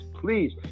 please